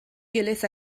gilydd